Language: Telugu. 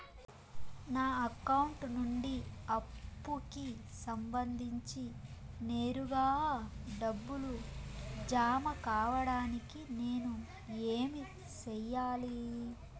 నా అకౌంట్ నుండి అప్పుకి సంబంధించి నేరుగా డబ్బులు జామ కావడానికి నేను ఏమి సెయ్యాలి?